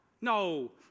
No